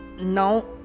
now